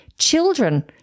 children